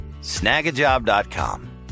Snagajob.com